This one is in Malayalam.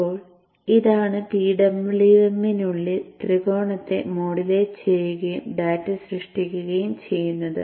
ഇപ്പോൾ ഇതാണ് PWM നുള്ളിൽ ത്രികോണത്തെ മോഡുലേറ്റ് ചെയ്യുകയും ഡാറ്റ സൃഷ്ടിക്കുകയും ചെയ്യുന്നത്